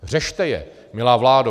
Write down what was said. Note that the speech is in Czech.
Řešte je, milá vládo!